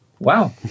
Wow